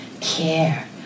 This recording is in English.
care